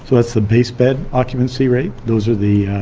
that's the base bed occupancy rate. those are the